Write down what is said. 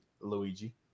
Luigi